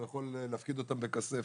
הוא יכול להפקיד בכספת.